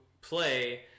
play